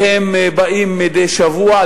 והם באים מדי שבוע,